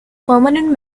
permanent